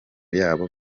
yabo